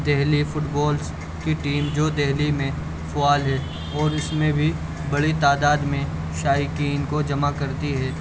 Delhi footballs کی team جو دہلی میں فعال ہے اور اس میں بھی بڑی تعداد میں شائقین کو جمع کرتی ہے